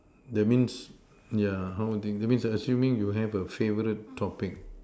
that means yeah that means assuming you have a favorite topic